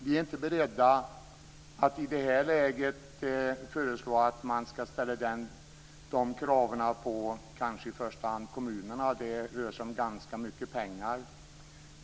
Vi är inte beredda att i detta läge föreslå att man skall ställa de kraven på kanske i första hand kommunerna. Det rör sig om ganska mycket pengar.